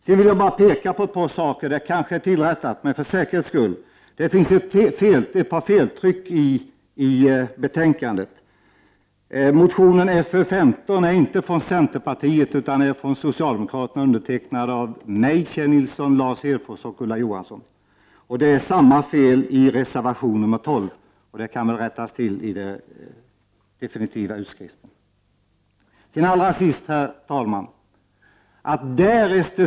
Sedan vill jag bara påpeka ett par saker för säkerhets skull — det kanske redan är tillrättat. Det finns ett par tryckfel i betänkandet. Motion Fö15 är inte från centerpartiet utan från socialdemokraterna, undertecknad av mig, Kjell Nilsson, Lars Hedfors och Ulla Johansson. Det är samma fel i reservation 12; detta kan väl rättas till på det här sättet.